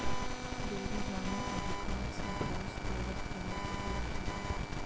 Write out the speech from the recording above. dairy गायें अधिकांश bos taurus प्रजाति की होती हैं